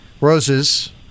roses